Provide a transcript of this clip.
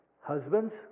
Husbands